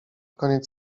koniec